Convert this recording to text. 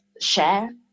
share